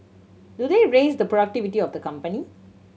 do they raise the productivity of the company